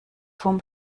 vom